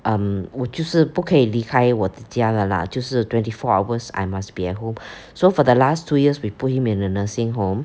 um 我就是不可以离开我的家了 lah 就是 twenty four hours I must be at home so for the last two years we put him in a nursing home